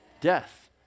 death